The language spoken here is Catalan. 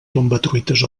tombatruites